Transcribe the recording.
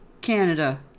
canada